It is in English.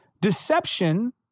Deception